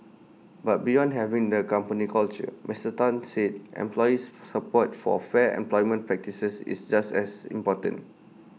but beyond having the company culture Mister Tan said employees support for fair employment practices is just as important